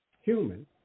human